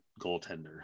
goaltender